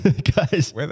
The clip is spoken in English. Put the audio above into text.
guys